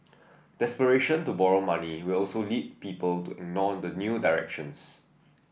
desperation to borrow money will also lead people to ignore the new directions